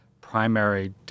primary